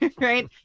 Right